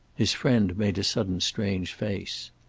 his friend made a sudden strange face.